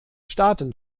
staaten